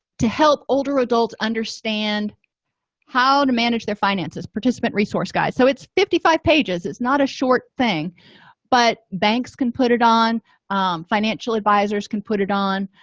to help older adults understand how to manage their finances participant resource guys so it's fifty five pages it's not a short thing but banks can put it on financial advisors can put it on